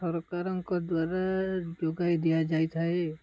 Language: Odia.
ସରକାରଙ୍କ ଦ୍ୱାରା ଯୋଗାଇ ଦିଆଯାଇଥାଏ